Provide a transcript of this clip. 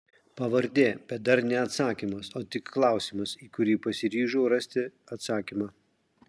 pavardė bet dar ne atsakymas o tik klausimas į kurį pasiryžau rasti atsakymą